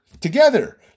together